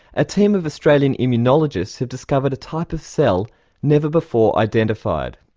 a team of australian immunologists have discovered a type of cell never before identified.